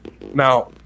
Now